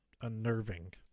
unnerving